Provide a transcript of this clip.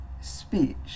speech